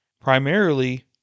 primarily